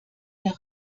der